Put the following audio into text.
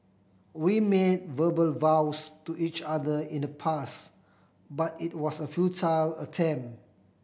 we made verbal vows to each other in the past but it was a futile attempt